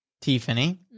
Tiffany